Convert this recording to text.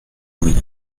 moyens